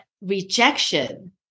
rejection